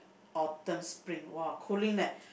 autumn spring !wah! cooling leh